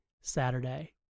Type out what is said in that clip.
Saturday